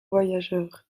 voyageurs